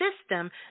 system